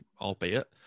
albeit